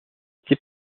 type